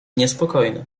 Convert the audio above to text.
niespokojny